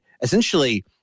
essentially